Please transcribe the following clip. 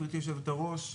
גברתי היושבת-ראש,